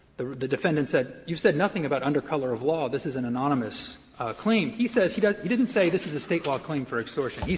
the the defendant said you've said nothing about under color of law this is an anonymous claim. he says he he didn't say this was a state law claim for extortion.